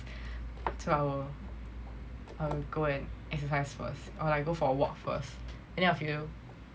so I will I will go and exercise first I will go for a walk first and then I'll feel